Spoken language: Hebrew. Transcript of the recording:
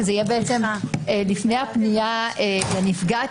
שזה יהיה לפני הפנייה לנפגעת,